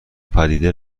پدیده